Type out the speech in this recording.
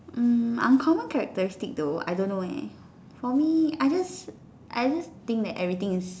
mm uncommon characteristic though I don't know leh for me I just I just think that everything is